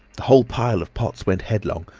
the whole pile of pots went headlong,